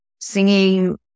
singing